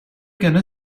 gonna